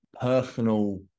personal